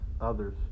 others